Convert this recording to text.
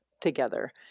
together